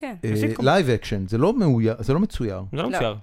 Live action זה לא מאויר, זה לא מצויר.